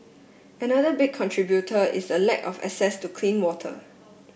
another big contributor is a lack of access to clean water